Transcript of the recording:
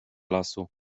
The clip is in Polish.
lasu